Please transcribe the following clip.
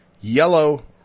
yellow